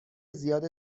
زیاد